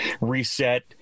reset